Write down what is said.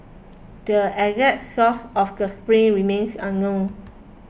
the exact source of the spring remains unknown